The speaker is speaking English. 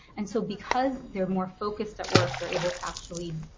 and so, because they're more focused at work, they're able to actually,